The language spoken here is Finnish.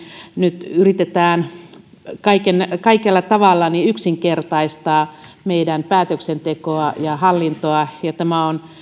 nyt yritetään kaikella tavalla yksinkertaistaa meidän päätöksentekoa ja hallintoa ja tämä on